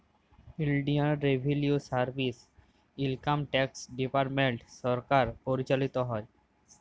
ইলডিয়াল revenue service, income tax department সরকার পরিচালিত হ্যয়